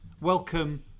Welcome